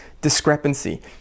discrepancy